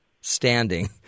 standing